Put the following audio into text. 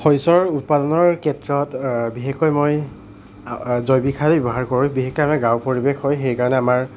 শস্যৰ উৎপাদানৰ ক্ষেত্ৰত বিশেষকৈ মই জৈৱিক সাৰেই ব্যৱহাৰ কৰোঁ বিশেষকৈ আমাৰ গাঁৱৰ পৰিৱেশ হয় সেই কাৰণে আমাৰ